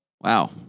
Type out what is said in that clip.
Wow